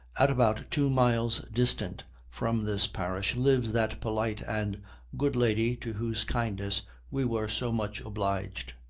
at about two miles distant from this parish lives that polite and good lady to whose kindness we were so much obliged.